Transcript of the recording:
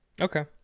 Okay